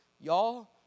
Y'all